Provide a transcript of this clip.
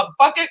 motherfucker